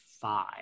five